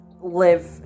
live